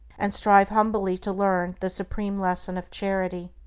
and strive humbly to learn the supreme lesson of charity.